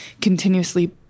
continuously